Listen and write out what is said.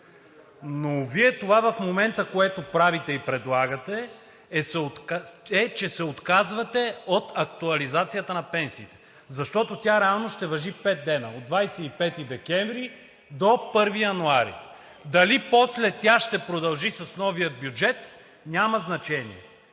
Но Вие в момента това, което правите и предлагате, е, че се отказвате от актуализацията на пенсиите, защото тя реално ще важи пет дни – от 25 декември до 1 януари. Дали после тя ще продължи с новия бюджет, няма значение?